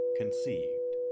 conceived